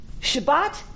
Shabbat